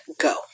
go